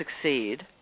Succeed